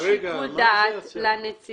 אני משאירה פה שיקול דעת לנציבה.